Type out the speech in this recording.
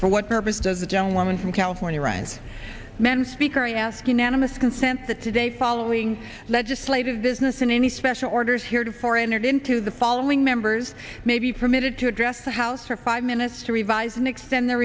for what purpose does the gentlewoman from california right men speak i ask unanimous consent that today following legislative business and any special orders heretofore entered into the following members may be permitted to address the house for five minutes to revise and extend the